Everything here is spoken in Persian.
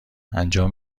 انجام